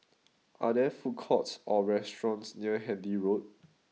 are there food courts or restaurants near Handy Road